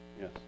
Yes